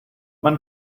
man